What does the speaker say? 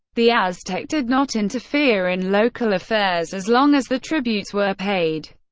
the aztec did not interfere in local affairs, as long as the tributes were paid.